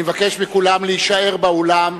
רבותי חברי הכנסת, אני מבקש מכולם להישאר באולם,